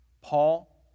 Paul